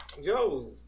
yo